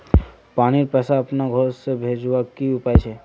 पानीर पैसा अपना घोर से भेजवार की उपाय छे?